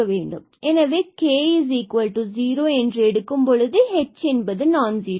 எனவே k 0 என்று எடுக்கும்பொழுது பின்பு h நான் ஜீரோ